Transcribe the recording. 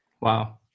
Wow